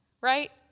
Right